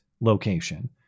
location